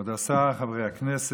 כבוד השר, חברי הכנסת,